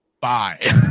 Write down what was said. bye